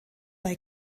bei